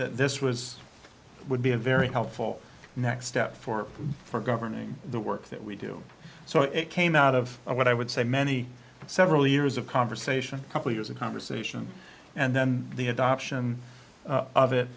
that this was would be a very helpful next step for for governing the work that we do so it came out of a what i would say many several years of conversation couple years of conversation and then the adoption of it